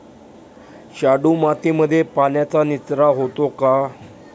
शाडू मातीमध्ये पाण्याचा निचरा होतो का?